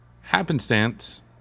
happenstance